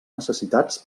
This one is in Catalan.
necessitats